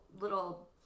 little